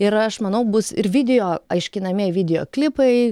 ir aš manau bus ir video aiškinamieji video klipai